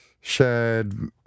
shared